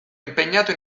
impegnato